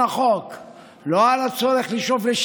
כל הכבוד.